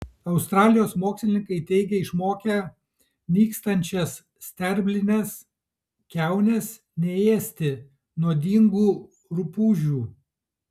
australijos mokslininkai teigia išmokę nykstančias sterblines kiaunes neėsti nuodingų rupūžių